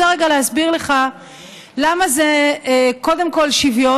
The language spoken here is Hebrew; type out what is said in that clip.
עכשיו אני רוצה רגע להסביר לך למה זה קודם כול שוויון,